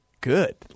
good